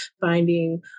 finding